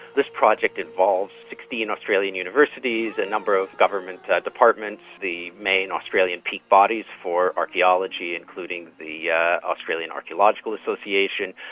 this project involves sixteen australian universities, a number of government departments, the main australian peak bodies for archaeology including the yeah australian archaeological association,